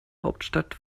hauptstadt